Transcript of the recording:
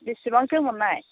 बेसेबांथो हरनाय